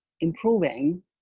improving